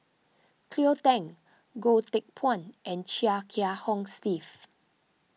Cleo Thang Goh Teck Phuan and Chia Kiah Hong Steve